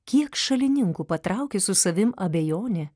kiek šalininkų patraukė su savim abejonė